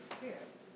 Spirit